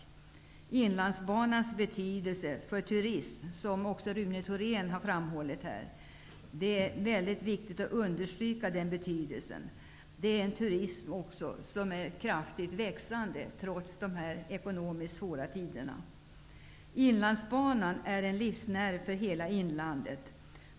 Det är viktigt att understryka Inlandsbanans betydelse för turismen, vilket också Rune Thorén har framhållit. Trots de ekonomiskt svåra tiderna växer denna form av turism i omfattning. Inlandsbanan är en livsnerv för hela inlandet.